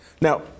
Now